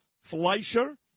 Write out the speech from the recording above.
Fleischer